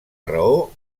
raó